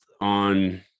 on